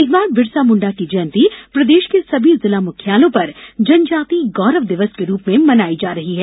इस बार बिरसामुण्डा की जयंती प्रदेश के सभी जिला मुख्यालयों पर ष्जनजाति गौरव दिवस ् के रूप में मनाई जा रही है